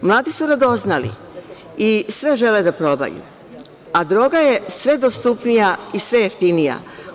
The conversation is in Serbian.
Mladi su radoznali i sve žele da probaju, a droga je sve dostupnija i sve jeftinija.